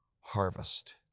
harvest